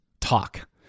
talk